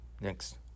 next